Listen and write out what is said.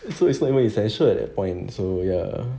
so it's not even essential at that point so ya